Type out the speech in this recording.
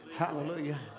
Hallelujah